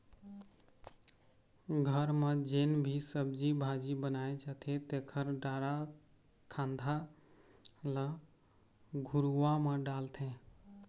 घर म जेन भी सब्जी भाजी बनाए जाथे तेखर डारा खांधा ल घुरूवा म डालथे